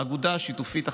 האגודה השיתופית החקלאית.